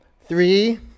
Three